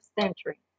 century